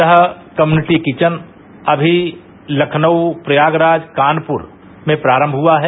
यह community kitchen अमी लखनऊ प्रयागराज कानपुर मे प्रारम्म हुआ है